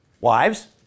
Wives